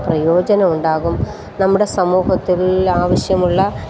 പ്രയോജനമുണ്ടാകും നമ്മുടെ സമൂഹത്തിൽ ആവശ്യമുള്ള